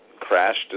crashed